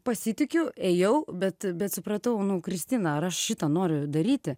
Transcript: pasitikiu ėjau bet bet supratau nu kristina ar aš šitą noriu daryti